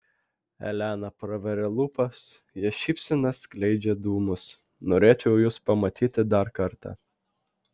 elena praveria lūpas jos šypsena skleidžia dūmus norėčiau jus pamatyti dar kartą